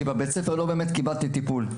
כי בבית הספר לא באמת קיבלתי טיפול.